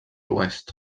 oest